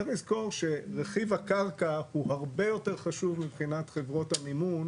צריך לזכור שרכיב הקרקע הוא הרבה יותר חשוב מבחינת חברות המימון,